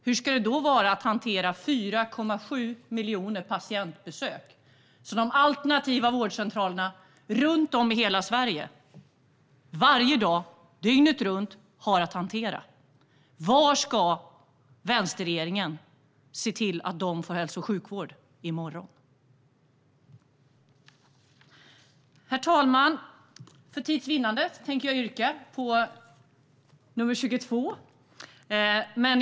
Hur ska det då gå att hantera ytterligare 4,7 miljoner patientbesök, alltså de patientbesök som de alternativa vårdcentralerna runt om i Sverige årligen hanterar? Hur ska vänsterregeringen se till att dessa patienter får hälso och sjukvård framöver? Herr talman!